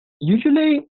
Usually